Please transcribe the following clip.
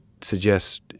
suggest